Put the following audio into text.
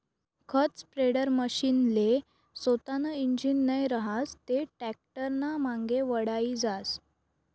खत स्प्रेडरमशीनले सोतानं इंजीन नै रहास ते टॅक्टरनामांगे वढाई जास